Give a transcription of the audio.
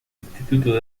instituto